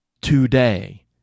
today